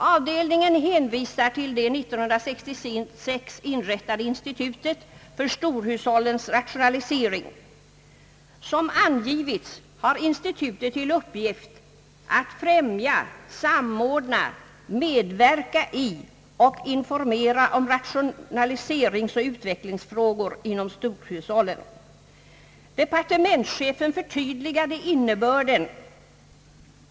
Avdelningen hänvisar till det år 1966 inrättad Institutet för storhushållens rationalisering. Som angivits har institutet till uppgift att främja och samordna samt medverka i och informera om rationaliseringsoch utvecklingsfrågor inom storhushållen. Departementschefen förtydligade innebörden.